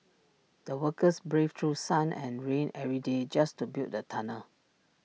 the workers braved through sun and rain every day just to build the tunnel